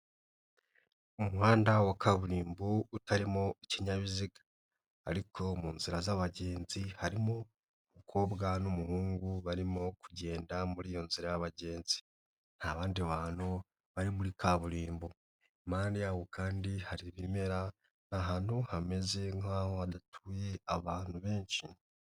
Mu muhanda wa kaburimbo utarimo ikinyabiziga ariko mu nzira z'abagenzi harimo umukobwa n'umuhungu barimo kugenda muri iyo nzira abagenzi. Nta bandi bantu bari muri kaburimbo. Impande yabo kandi hari ibimera, ahantu hameze nk'aho hadatuye abantu benshi.